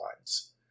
lines